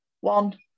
One